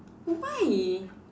why